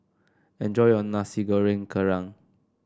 enjoy your Nasi Goreng Kerang